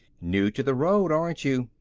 new to the road, aren't you?